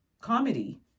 comedy